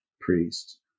priest